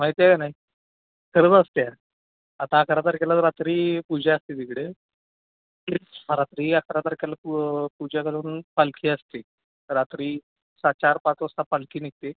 माहिती आहे नाही सर्व असते आता अकरा तारखेला रात्री पूजा असते तिकडे रात्री अकरा ताखेला पू पूजा करून पालखी असते रात्री सहा चार पाच वाजता पालखी निघते